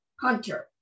Hunter